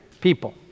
people